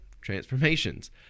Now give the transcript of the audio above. transformations